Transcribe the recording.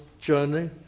journey